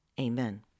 Amen